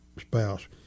spouse